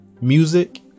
music